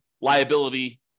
liability